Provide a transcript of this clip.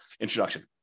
introduction